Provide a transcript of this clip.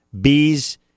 Bees